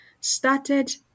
started